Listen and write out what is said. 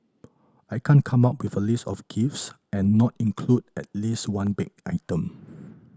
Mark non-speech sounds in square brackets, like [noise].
I can't come up with a list of gifts and not include at least one baked item [noise]